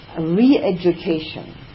re-education